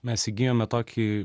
mes įgijome tokį